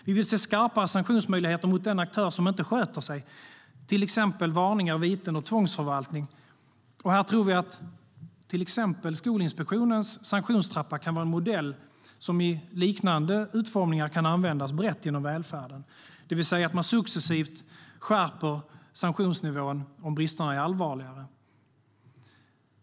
Vi vill se skarpare sanktionsmöjligheter mot den aktör som inte sköter sig, till exempel varningar, viten och tvångsförvaltning. Här tror vi att till exempel Skolinspektionens sanktionstrappa kan vara en modell som i liknande utformning kan användas brett inom välfärden. Det innebär att man successivt skärper sanktionsnivån om bristerna är allvarligare.